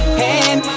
hand